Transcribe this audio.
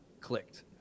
clicked